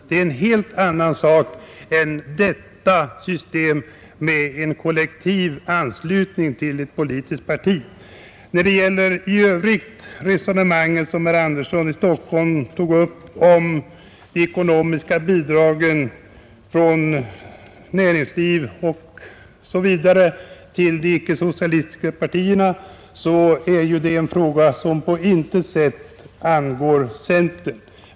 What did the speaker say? Det är en helt annan sak än systemet med kollektivanslutning till ett politiskt parti. När det i övrigt gäller det resonemang som herr Andersson i Stockholm tog upp om de ekonomiska bidragen från näringslivet osv. till de icke socialistiska partierna, är ju det en fråga som på intet sätt angår centern.